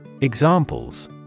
Examples